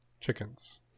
Chickens